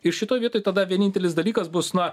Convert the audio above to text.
ir šitoj vietoj tada vienintelis dalykas bus na